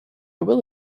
will